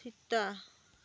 ᱥᱮᱛᱟ